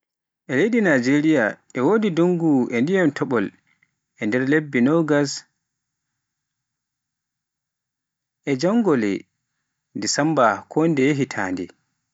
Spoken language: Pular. E leydi Najeriya e wodi ndungu e dyiman topol e nder lebbe Agusta e jangole Desemba kondeye hitande.